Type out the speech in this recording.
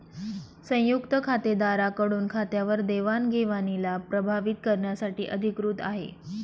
संयुक्त खातेदारा कडून खात्यावर देवाणघेवणीला प्रभावीत करण्यासाठी अधिकृत आहे